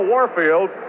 Warfield